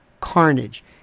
carnage